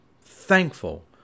thankful